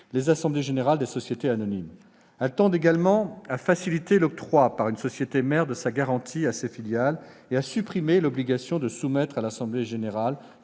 les assemblées générales des sociétés anonymes. Celles-ci tendent également à faciliter l'octroi par une société mère de sa garantie à ses filiales et à supprimer l'obligation de soumettre tous les trois